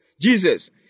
Jesus